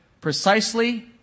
precisely